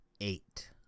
eight